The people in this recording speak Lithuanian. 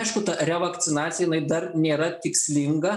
aišku ta revakcinacija jiai dar nėra tikslinga